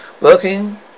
Working